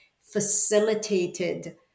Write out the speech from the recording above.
facilitated